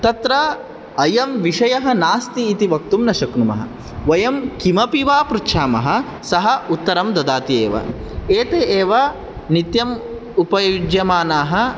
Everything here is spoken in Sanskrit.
तत्र अयं विषयः नास्ति इति वक्तुं न शक्नुमः वयं किमपि वा पृच्छामः सः उत्तरं ददाति एव एते एव नित्यम् उपयुज्यमानाः